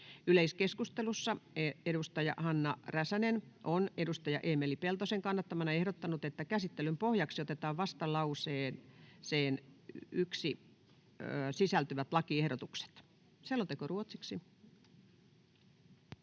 Yleiskeskustelussa edustaja Hanna Räsänen on edustaja Eemeli Peltosen kannattamana ehdottanut, että käsittelyn pohjaksi otetaan vastalauseeseen 1 sisältyvät lakiehdotukset. — Selonteko ruotsiksi.